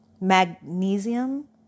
magnesium